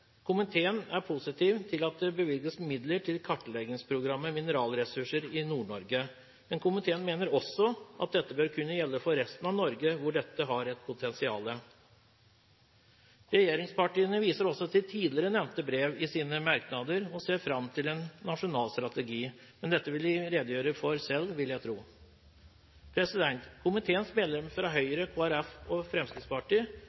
Komiteen er positiv til at det bevilges midler til kartleggingsprogrammet Mineralressurser i Nord-Norge. Komiteen mener også at dette bør gjelde for resten av Norge hvor dette har et potensial. Regjeringspartiene viser også til tidligere nevnte brev i sine merknader og ser fram til en nasjonal strategi, men dette vil de redegjøre for selv, vil jeg tro. Komiteens medlemmer fra